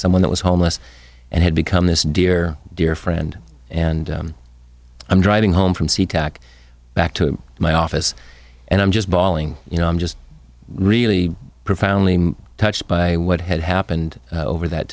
someone that was homeless and had become this dear dear friend and i'm driving home from sea tac back to my office and i'm just bawling you know i'm just really profoundly touched by what had happened over that